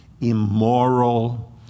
immoral